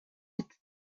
cette